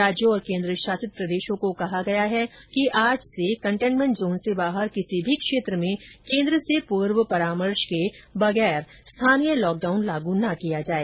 राज्यों और केन्द्र शासित प्रदेशों को निर्देश दिए गए हैं कि आज से कन्टेनमेंट जोन से बाहर किसी भी क्षेत्र में केन्द्र से पूर्व परामर्श के बगैर स्थानीय लॉकडाउन लागू न किया जाए